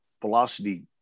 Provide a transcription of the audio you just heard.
velocity